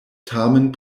tamen